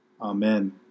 Amen